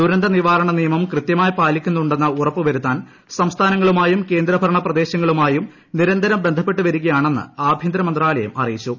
ദുരന്ത നിവാരണ നിയമം കൃത്യമായി പാലിക്കുന്നുണ്ടെന്ന് ഉറപ്പുവരുത്താൻ സംസ്ഥാനങ്ങളുമായും ഭരണപ്രദേശങ്ങളുമായും കേന്ദ്ര നിരന്തരം ബന്ധപ്പെട്ടുവരികയാണെന്ന് ആഭ്യന്തര മന്ത്രാലയം അറിയിച്ചു